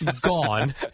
Gone